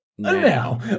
Now